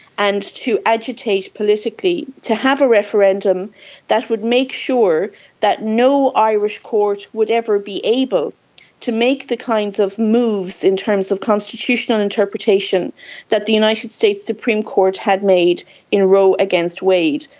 and to agitate politically to have a referendum that would make sure that no irish court would ever be able to make the kinds of moves in terms of constitutional interpretation that the united states supreme court had made in roe against wade.